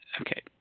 Okay